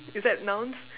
is that nouns